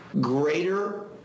greater